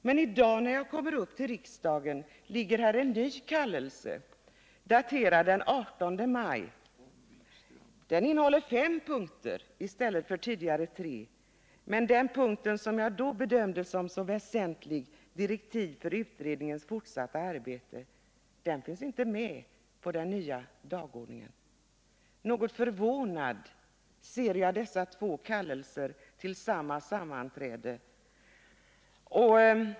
Men i dag när jag kom till riksdagen förelåg det en ny kallelse, daterad den 18 maj. Dagordningen innehåller fem punkter i stället för tidigare tre. Men den punkt som jag bedömde som så väsentlig — direktiven för utredningens fortsatta arbete — finns inte med på den nya dagordningen. Något förvånad ser jag dessa två kallelser till samma sammanträde.